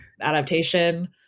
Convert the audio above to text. adaptation